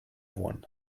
one